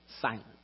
Silence